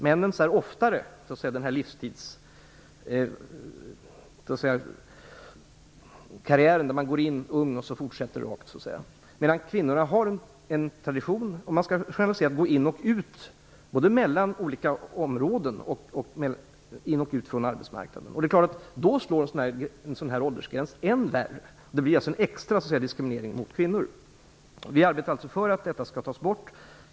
Männens väg är oftare livstidskarriären där man går in ung och fortsätter vidare, medan kvinnorna har en tradition att gå in och ut både mellan olika områden och från arbetsmarknaden. Det är klart att en åldersgräns då slår än värre. Det blir en extra diskriminering mot kvinnor. Vi arbetar för att detta skall tas bort.